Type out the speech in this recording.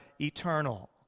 eternal